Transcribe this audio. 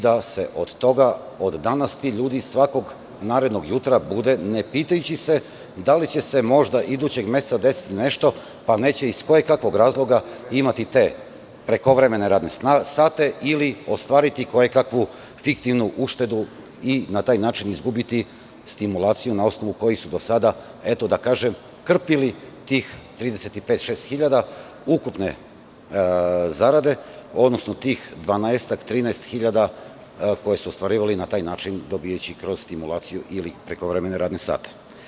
Da se od danas ti ljudi svakog narednog jutra bude, ne pitajući se da li će se možda idućeg meseca desiti nešto, pa neće iz kojekakvog razloga imati te prekovremene radne sate, ili ostvariti kojekakvu fiktivnu uštedu i na taj način izgubiti stimulaciju, na osnovu koje su do sada, eto da kažem, krpili tih 35.000, 36.000 hiljada ukupne zarade, odnosno tih 12-ak, 13 hiljada, koje su ostvarivali na taj način dobijajući kroz stimulaciju, ili prekovremene radne sate.